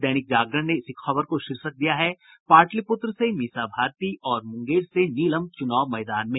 दैनिक जागरण ने इसी खबर को शीर्षक दिया है पाटलिपुत्र से मीसा भारती और मुंगेर से नीलम चूनाव मैदान में